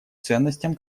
ценностям